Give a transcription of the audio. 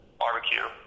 barbecue